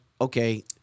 okay –